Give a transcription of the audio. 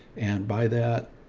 and by that,